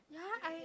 ya I